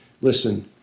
listen